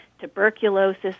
tuberculosis